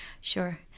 Sure